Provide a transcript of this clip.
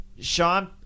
Sean –